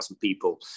people